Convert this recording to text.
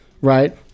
right